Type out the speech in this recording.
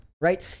right